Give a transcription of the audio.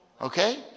Okay